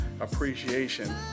appreciation